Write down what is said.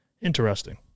Interesting